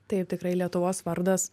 taip tikrai lietuvos vardas